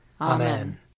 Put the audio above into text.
Amen